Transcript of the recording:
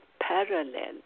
parallel